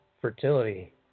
fertility